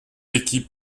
équipes